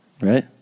Right